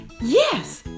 Yes